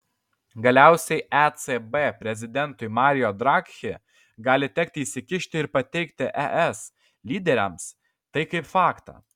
galiausiai ecb prezidentui mario draghi gali tekti įsikišti ir pateikti es lyderiams tai kaip faktą